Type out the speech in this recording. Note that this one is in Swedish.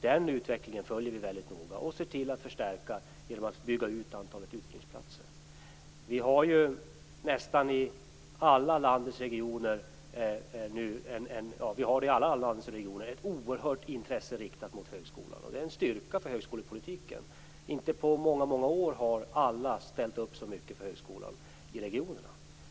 Den utvecklingen följer vi mycket noga och ser till att förstärka den genom att bygga ut antalet utbildningsplatser. I alla landets regioner har vi ett oerhört stort intresse riktat mot högskolan, och det är en styrka för högskolepolitiken. Inte på många år har alla ställt upp så mycket för högskolan i regionerna.